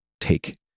take